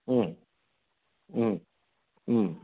ಹ್ಞ್ ಹ್ಞ್ ಹ್ಞ್